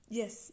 yes